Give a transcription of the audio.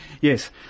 Yes